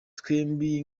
twebwe